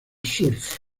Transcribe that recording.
surf